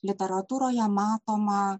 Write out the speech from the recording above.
literatūroje matomą